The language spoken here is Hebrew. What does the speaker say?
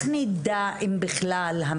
כרגע.